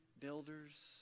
builders